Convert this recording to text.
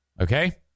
Okay